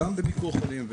בין השאר בביקור חולים,